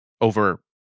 over